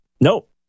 nope